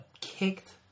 kicked